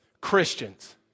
Christians